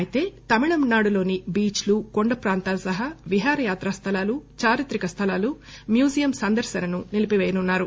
ఐతే తమిళనాడులోని బీచ్లు కొండ ప్రాంతాల సహా విహారయాత్రా స్దలాలు చారిత్రక స్దలాలు మ్యూజియం సందర్శనను నిలిపిపేయనున్నారు